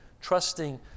trusting